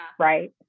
Right